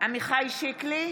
עמיחי שיקלי,